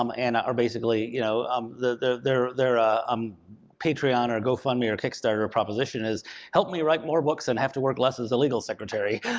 um and are basically, you know um they're they're ah um patreon or gofundme or kickstarter proposition is help me write more books and have to work less as a legal secretary,